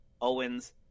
Owens